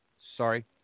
Sorry